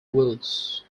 wheels